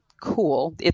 cool